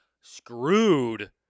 screwed